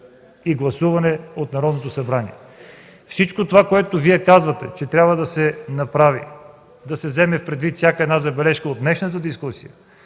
и гласуване от Народното събрание. Всичко това, което казвате, че трябва да се направи, да се вземе предвид всяка една забележка от днешната дискусия,